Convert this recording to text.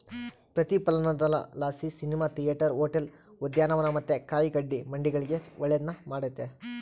ಪ್ರತಿಫಲನದಲಾಸಿ cinema theatre, hotel, ಉದ್ಯಾನವನ ಮತ್ತೆ ಕಾಯಿಗಡ್ಡೆ ಮಂಡಿಗಳಿಗೆ ಒಳ್ಳೆದ್ನ ಮಾಡೆತೆ